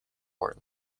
world